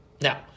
now